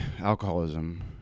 alcoholism